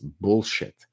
Bullshit